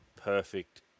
perfect